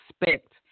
expect